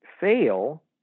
fail